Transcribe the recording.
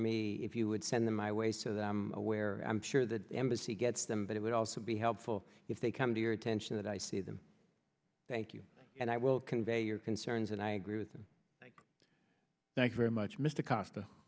me if you would send them my way so that i'm aware i'm sure the embassy gets them but it would also be helpful if they come to your attention that i see them thank you and i will convey your concerns and i agree with them thanks very much mr cost